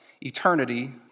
eternity